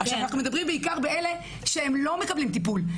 אנחנו מדברים בעיקר באלה שהם לא מקבלים טיפול,